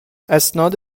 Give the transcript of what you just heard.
اسناد